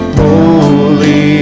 holy